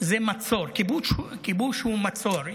זה מצור, כיבוש הוא מצור.